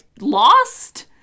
lost